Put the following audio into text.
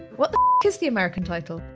what the is the american title?